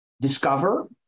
discover